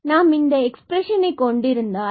எனவே நாம் இந்த எக்ஸ்பிரஷன்ஐ கொண்டிருந்தால்